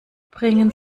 bringen